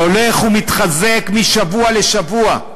והולך ומתחזק משבוע לשבוע.